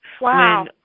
Wow